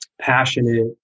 passionate